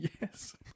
Yes